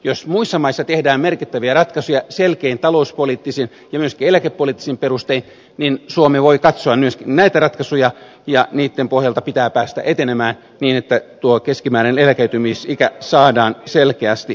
jos muissa maissa tehdään merkittäviä ratkaisuja selkein talouspoliittisin ja myöskin eläkepoliittisin perustein niin suomi voi katsoa myös näitä ratkaisuja ja niitten pohjalta pitää päästä etenemään niin että tuo keskimääräinen eläköitymisikä saadaan selkeästi nostettua